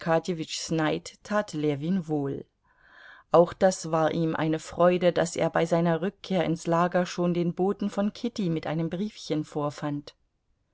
ljewin wohl auch das war ihm eine freude daß er bei seiner rückkehr ins lager schon den boten von kitty mit einem briefchen vorfand